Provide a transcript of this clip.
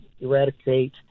eradicate